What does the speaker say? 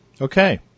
Okay